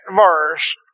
verse